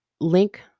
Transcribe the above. link